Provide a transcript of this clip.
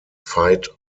veit